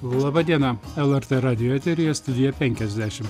laba diena lrt radijo eteryje studija penkiasdešim